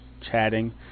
chatting